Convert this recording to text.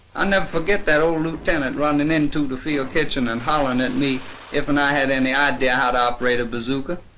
i'll never forget that ole lieutenant running into the field kitchen and hollering at me if and i had any idea how to operate a bazooka.